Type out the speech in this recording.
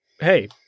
hey